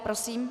Prosím.